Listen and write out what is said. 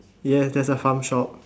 yes there's a farm shop